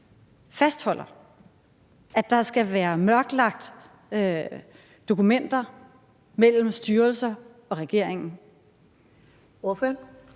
fastholder, at der skal være mørklagte dokumenter mellem styrelser og regeringen?